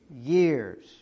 years